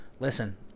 Listen